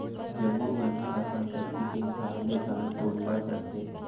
जम्मो मन ह अपन सक्ति के हिसाब ले दान पून ल करथे